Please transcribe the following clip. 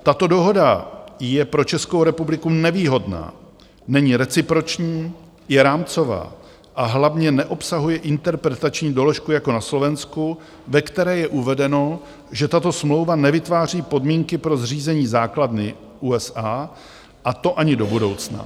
Tato dohoda je pro Českou republiku nevýhodná, není reciproční, je rámcová, a hlavně neobsahuje interpretační doložku jako na Slovensku, ve které je uvedeno, že tato smlouva nevytváří podmínky pro zřízení základny USA, a to ani do budoucna.